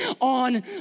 on